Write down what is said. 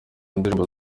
ndirimbo